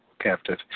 captive